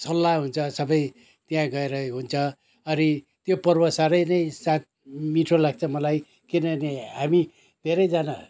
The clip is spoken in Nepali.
सल्लाह हुन्छ सबै त्यहाँ गएरै हुन्छ अनि त्यो पर्व साह्रै नै सा मिठो लाग्छ मलाई किनभने हामी धेरैजना